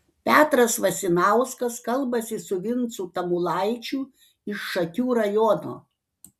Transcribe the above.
petras vasinauskas kalbasi su vincu tamulaičiu iš šakių rajono